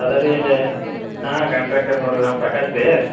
ಅದೇರಿ ಹಾಂ ಕಾಂಟ್ರಾಕ್ಟರ್ ನೋಡ್ರಿ ನಾವು ಪ್ರಕಾಶ್ ರಿ